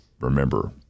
remember